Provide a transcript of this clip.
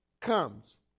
comes